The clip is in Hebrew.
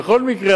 בכל מקרה,